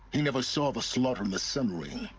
he never saw the slaughter in the sun ring!